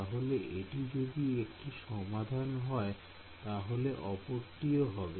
তাহলে এটি যদি একটি সমাধান হয় তা হলে অপরটি ও হবে